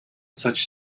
such